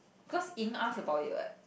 cause Ying asked about it what